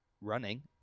running